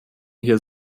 hier